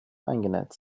eingenäht